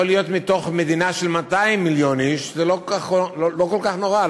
זה יכול להיות מתוך מדינה של 200 מיליון איש וזה לא כל כך נורא,